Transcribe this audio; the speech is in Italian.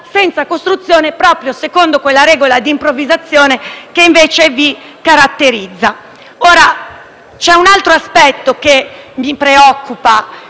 senza costruzione, proprio secondo quella regola di improvvisazione che invece vi caratterizza. C'è un altro aspetto che mi preoccupa